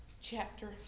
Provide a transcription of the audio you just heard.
chapter